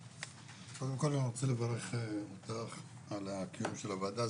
קודם כל אני רוצה לברך אותך על הקיום של הוועדה.